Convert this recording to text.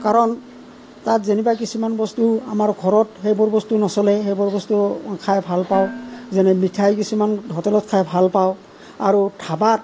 কাৰণ তাত যেনিবা কিছুমান বস্তু আমাৰ ঘৰত সেইবোৰ বস্তু নচলেই সেইবোৰ বস্তু খায় ভাল পাওঁ যেনে মিঠাই কিছুমান হোটেলত খায় ভাল পাওঁ আৰু ধাবাত